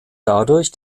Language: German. dadurch